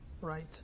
right